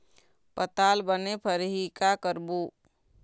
पताल बने फरही का करबो?